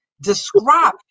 describe